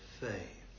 faith